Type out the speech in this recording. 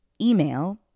email